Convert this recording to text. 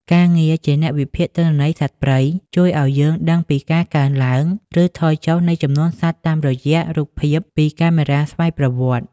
ការងារជាអ្នកវិភាគទិន្នន័យសត្វព្រៃ ជួយឱ្យយើងដឹងពីការកើនឡើង ឬថយចុះនៃចំនួនសត្វតាមរយៈរូបភាពពីកាមេរ៉ាស្វ័យប្រវត្តិ។